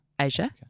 Asia